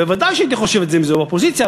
ודאי שהייתי חושב את זה באופוזיציה.